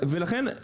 ולכן,